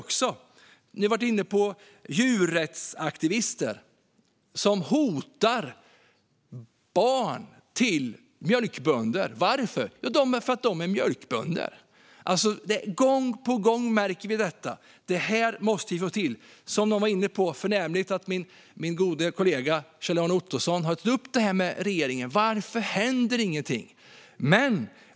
Det finns djurrättsaktivister som hotar barn till mjölkbönder. Varför? Jo, för att de är mjölkbönder. Gång på gång märker vi detta. Det här måste vi få till åtgärder mot. Som någon var inne på är det förnämligt att min gode kollega Kjell-Arne Ottosson har tagit upp detta med regeringen. Varför händer det ingenting?